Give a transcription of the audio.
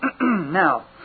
Now